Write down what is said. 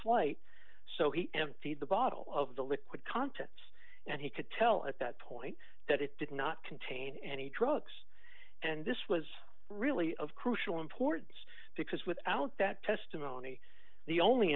flight so he emptied the bottle of the liquid contents and he could tell at that point that it did not contain any drugs and this was really of crucial importance because without that testimony the only